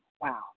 Wow